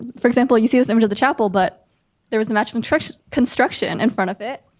for example, you see this image of the chapel, but there wasn't much construction construction in front of it.